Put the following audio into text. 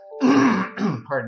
pardon